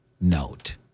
note